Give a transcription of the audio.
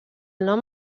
nom